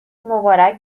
مبارک